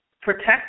protect